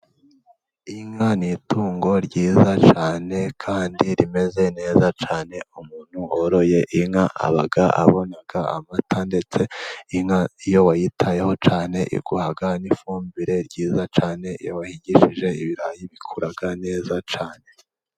Inka ni itungo ryiza cyane kandi rimeze neza cyane, umuntu woroye inka aba abona amata, ndetse inka iyo wayitayeho cyane iguha n'ifumbire nziza cyane, iyo wayihingishije ibirayi bikura neza cane.